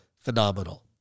phenomenal